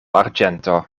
arĝento